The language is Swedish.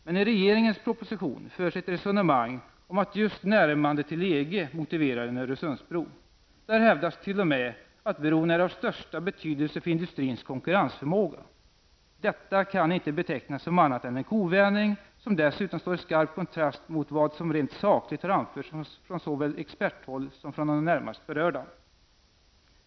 Men i regeringens proposition förs ett resonemang om att just närmandet till EG motiverar en Öresundsbro. Där hävdas t.o.m. att bron är av största betydelse för industrins konkurrensförmåga. Detta kan inte betecknas som annat än en kovändning, som dessutom står i skarp kontrast mot vad som rent sakligt har anförts från såväl experthåll som från de närmast berörda.